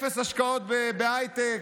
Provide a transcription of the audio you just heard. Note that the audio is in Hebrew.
אפס השקעות בהייטק,